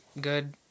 good